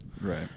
Right